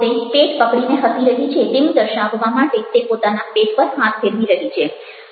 પોતે પેટ પકડીને હસી રહી છે તેવું દર્શાવવા માટે તે પોતાના પેટ પર હાથ ફેરવી રહી છે